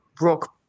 rock